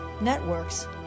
networks